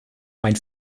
mein